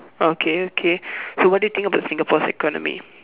okay okay so what do you think about Singapore's economy